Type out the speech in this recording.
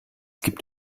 gibt